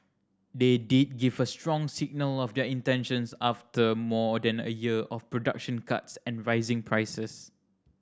they did give a strong signal of their intentions after more than a year of production cuts and rising prices